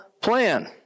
plan